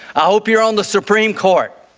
i hope you're on the supreme court,